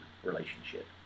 relationship